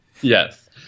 Yes